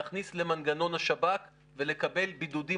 להכניס למנגנון השב"כ ולקבל בידודים